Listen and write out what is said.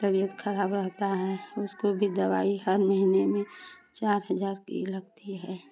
तबियत खराब रहती है मुझको भी दवाई हर महीने में सात हज़ार की लगती है